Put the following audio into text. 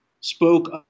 spoke